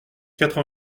quatre